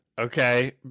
Okay